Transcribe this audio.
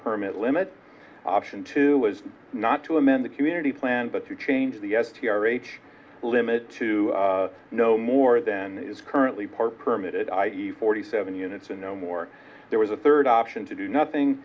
permit limit option two is not to amend the community plan but to change the s t r age limit to no more than is currently part permitted i e forty seven units and no more there was a third option to do nothing